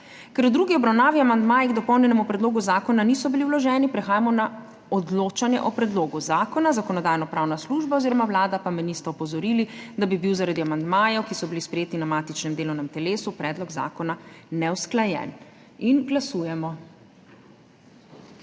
Ker v drugi obravnavi amandmaji k dopolnjenemu predlogu zakona niso bili vloženi, prehajamo na odločanje o predlogu zakona. Zakonodajno-pravna služba oziroma Vlada pa me nista opozorili, da bi bil zaradi amandmajev, ki so bili sprejeti na matičnem delovnem telesu, predlog zakona neusklajen. Glasujemo.